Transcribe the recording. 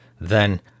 Then